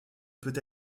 peut